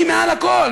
שהיא מעל הכול,